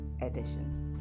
edition